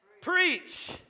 preach